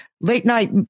late-night